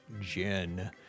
Jen